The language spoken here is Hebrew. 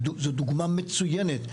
זו דוגמה מצוינת.